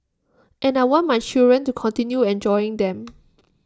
and I want my children to continue enjoying them